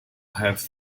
have